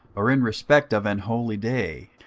or in respect of an holyday,